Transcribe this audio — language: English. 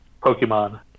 Pokemon